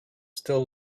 still